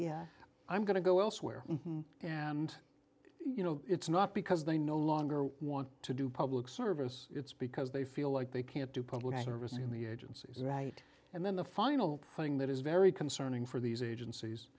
operation i'm going to go elsewhere and you know it's not because they no longer want to do public service it's because they feel like they can't do public service in the agencies right and then the final thing that is very concerning for these agencies